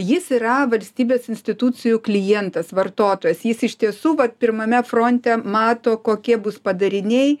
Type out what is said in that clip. jis yra valstybės institucijų klientas vartotojas jis iš tiesų vat pirmame fronte mato kokie bus padariniai